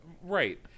Right